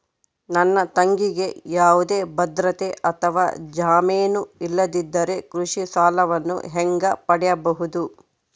ನನ್ನ ತಂಗಿಗೆ ಯಾವುದೇ ಭದ್ರತೆ ಅಥವಾ ಜಾಮೇನು ಇಲ್ಲದಿದ್ದರೆ ಕೃಷಿ ಸಾಲವನ್ನು ಹೆಂಗ ಪಡಿಬಹುದು?